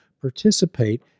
participate